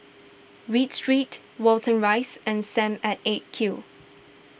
Read Street Watten Rise and Sam at eight Q